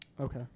Okay